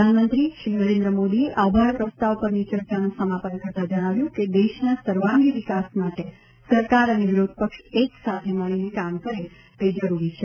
પ્રધાનમંત્રીશ્રી નરેન્દ્ર મોદીએ આભાર પ્રસ્તાવ પરની ચર્ચાનું સમાપન કરતાં જજ્ઞાવ્યું કે દેશના સર્વાંગી વિકાસ માટે સરકાર અને વિરોધપક્ષ એક સાથે મળીને કામ કરે તે જરૂરી છે